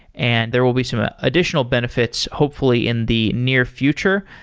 and there will be some ah additional benefits hopefully in the near future,